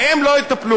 בהם לא יטפלו,